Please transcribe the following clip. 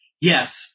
Yes